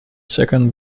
second